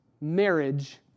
marriage